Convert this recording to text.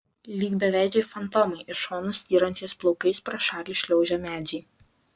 lyg beveidžiai fantomai į šonus styrančiais plaukais pro šalį šliaužė medžiai